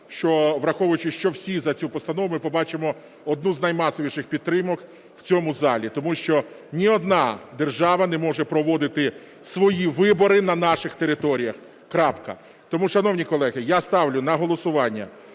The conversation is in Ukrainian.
що враховуючи, що всі за цю постанову, ми побачимо одну з наймасовіших підтримок у цьому залі, тому що ні одна держава не може проводити свої вибори на наших територіях (крапка). Тому, шановні колеги, я ставлю на голосування